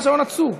אמרת: הצבעה.